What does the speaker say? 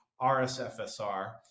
RSFSR